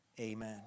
Amen